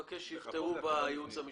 את הניסוח אני מבקש שיפתרו בייעוץ המשפטי.